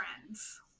friends